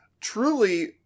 truly